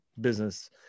business